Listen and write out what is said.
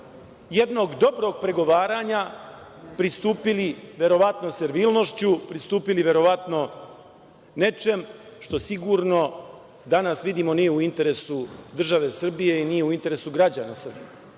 jednog dobrog pregovaranja pristupili, verovatno servilnošću, nečemu što sigurno, danas vidimo, nije u interesu države Srbije i nije u interesu građana Srbije.